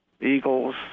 eagles